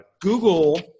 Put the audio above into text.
Google